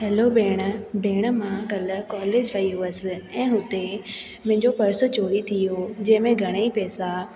hello भेण भेण मां कल्ह कॉलेज वई हुअसि ऐं हुते मुंहिंजो पर्स चोरी थी वियो जंहिंमें घणे ई पैसा